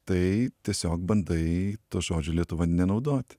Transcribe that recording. tai tiesiog bandai to žodžio lietuva nenaudoti